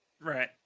Right